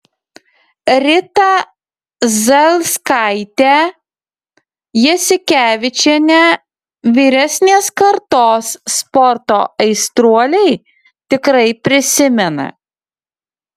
ritą zailskaitę jasikevičienę vyresnės kartos sporto aistruoliai tikrai prisimena